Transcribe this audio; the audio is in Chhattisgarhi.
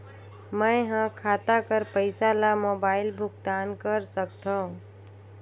मैं ह खाता कर पईसा ला मोबाइल भुगतान कर सकथव?